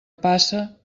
passa